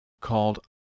called